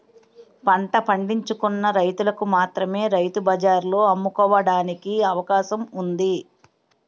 పంట పండించుకున్న రైతులకు మాత్రమే రైతు బజార్లలో అమ్ముకోవడానికి అవకాశం ఉంది